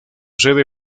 sede